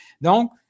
Donc